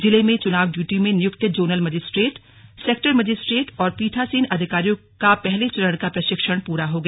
जिले में चुनाव ड्यूटी में नियुक्त जोनल मजिस्ट्रेट सैक्टर मजिस्ट्रेट और पीठासीन अधिकारियों का पहले चरण का प्रशिक्षण पूरा हो गया